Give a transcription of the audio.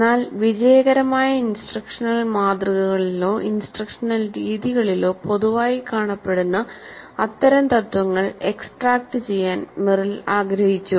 എന്നാൽ വിജയകരമായ ഇൻസ്ട്രക്ഷണൽ മാതൃകകളിലോ ഇൻസ്ട്രക്ഷണൽ രീതികളിലോ പൊതുവായി കാണപ്പെടുന്ന അത്തരം തത്ത്വങ്ങൾ എക്സ്ട്രാക്റ്റുചെയ്യാൻ മെറിൽ ആഗ്രഹിച്ചു